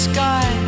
Sky